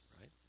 right